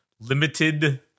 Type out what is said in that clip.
limited